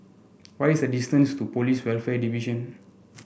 what is the distance to Police Welfare Division